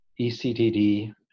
ECTD